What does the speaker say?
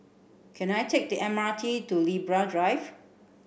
can I take the M R T to Libra Drive